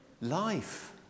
life